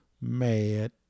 mad